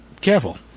Careful